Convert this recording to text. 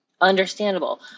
Understandable